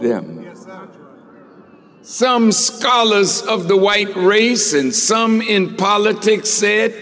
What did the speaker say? them some scholars of the white race and some in politics sa